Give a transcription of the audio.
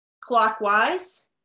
Clockwise